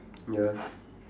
ya